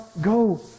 go